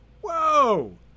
Whoa